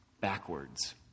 backwards